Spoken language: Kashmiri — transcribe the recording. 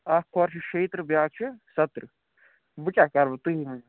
اَکھ کھۅر چھُ شیٚترٕٛہ بیٛاکھ چھُ سَتترٕٛہ وۅنۍ کیٛاہ کَرٕ بہٕ تُہی ؤنِو